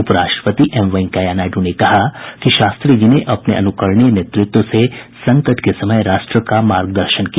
उप राष्ट्रपति एम वेंकैया नायडु ने कहा है कि शास्त्री जी ने अपने अनुकरणीय नेतृत्व से संकट के समय राष्ट्र का मार्ग दर्शन किया